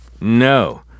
no